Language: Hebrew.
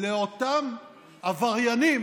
לאותם עבריינים